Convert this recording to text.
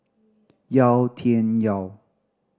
Yau Tian Yau